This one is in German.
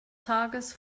tages